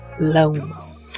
loans